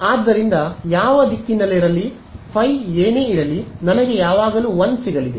ಆದ್ದರಿಂದ ಯಾವ ದಿಕ್ಕಿನಲ್ಲಿರಲಿ ಫೈ ಏನೇ ಇರಲಿ ನನಗೆ ಯಾವಾಗಲೂ 1 ಸಿಗಲಿದೆ